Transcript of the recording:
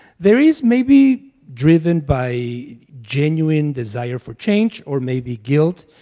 there is, maybe driven by genuine desire for change or maybe guilt,